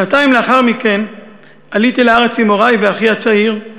שנתיים לאחר מכן עליתי לארץ עם הורי ואחי הצעיר,